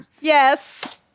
yes